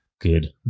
Good